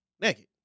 naked